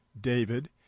David